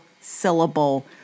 syllable